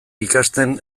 ikasten